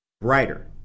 brighter